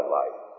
life